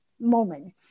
moment